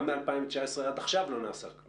גם מ-2019 עד עכשיו לא נעשו דברים.